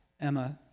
Emma